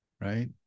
right